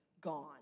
gone